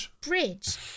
bridge